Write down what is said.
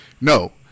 no